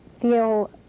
feel